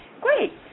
Great